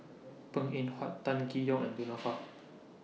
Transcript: Png Eng Huat Tan Tee Yoke and Du Nanfa